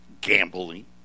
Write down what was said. gambling